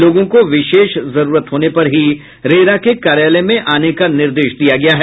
लोगों को विशेष जरूरत होने पर ही रेरा के कार्यालय में आने का निर्देश दिया गया है